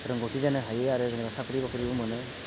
रोंगौथि जानो हायो आरो जेनेबा साख्रि बाख्रिबो मोनो